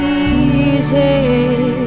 easy